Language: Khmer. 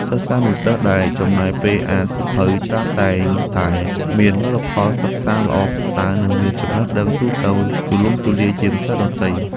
សិស្សានុសិស្សដែលចំណាយពេលអានសៀវភៅច្រើនតែងតែមានលទ្ធផលសិក្សាល្អប្រសើរ និងមានចំណេះដឹងទូទៅទូលំទូលាយជាងសិស្សដទៃ។